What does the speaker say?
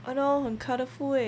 !hannor! 很 colourful eh